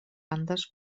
andes